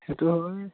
সেইটো হয়